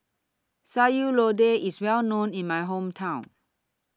Sayur Lodeh IS Well known in My Hometown